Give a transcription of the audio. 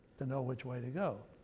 to know which way to go?